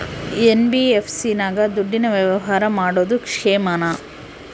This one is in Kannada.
ಎನ್.ಬಿ.ಎಫ್.ಸಿ ನಾಗ ದುಡ್ಡಿನ ವ್ಯವಹಾರ ಮಾಡೋದು ಕ್ಷೇಮಾನ?